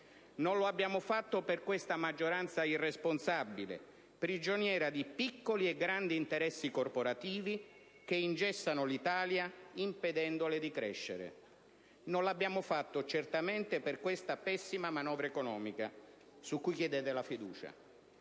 Non l'abbiamo fatto per questa maggioranza irresponsabile, prigioniera di piccoli e grandi interessi corporativi che ingessano l'Italia impedendole di crescere. Non l'abbiamo fatto certamente in funzione di questa pessima manovra economica su cui chiedete la fiducia,